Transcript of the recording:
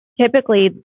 typically